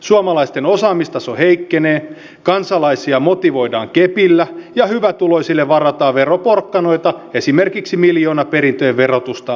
suomalaisten osaamistaso heikkenee kansalaisia motivoidaan kepillä ja hyvätuloisille varataan veroporkkanoita esimerkiksi miljoonaperintöjen verotusta keventämällä